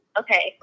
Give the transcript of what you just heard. okay